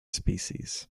species